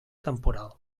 temporal